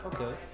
Okay